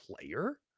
player